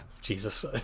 Jesus